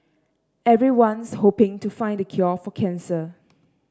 everyone's hoping to find the cure for cancer